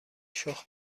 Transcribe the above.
شخم